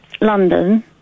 London